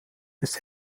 des